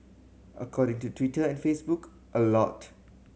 according to Twitter and Facebook a lot